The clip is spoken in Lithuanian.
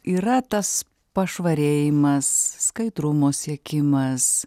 yra tas pašvarėjimas skaidrumo siekimas